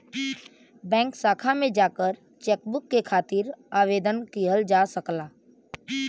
bank शाखा में जाकर चेकबुक के खातिर आवेदन किहल जा सकला